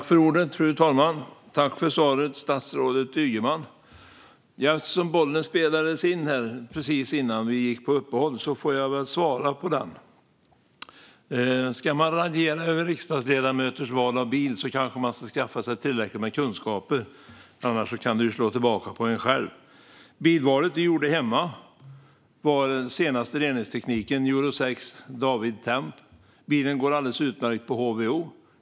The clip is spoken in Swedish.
Fru talman! Jag tackar statsrådet Ygeman för svaret. Eftersom bollen spelades in här precis före uppehållet får jag väl svara på detta. Ska man raljera över riksdagsledamöters val av bil kanske man ska skaffa sig tillräckligt med kunskaper, annars kan det slå tillbaka på en själv. Bilvalet som gjordes hemma har den senaste reningstekniken, Euro 6d-Temp. Bilen går alldeles utmärkt på HVO.